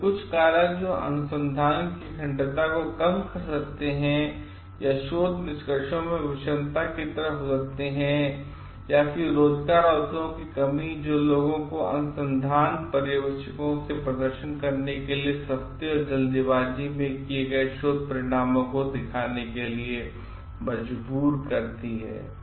इसलिए कुछ कारक जो अनुसंधान की अखंडता को कम कर सकते हैं या शोध निष्कर्षों में विषमता की तरह हो सकते हैं या फिर रोजगार अवसरों की कमी जो लोगों को अनुसंधान पर्यवेक्षकों से प्रदर्शन करने के लिए सस्ते और जल्दबाज़ी में किया गए शोध परिणामों को दिखाने के लिए मजबूर करती है